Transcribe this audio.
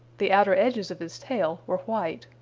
the outer edges of his tail were white.